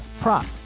prop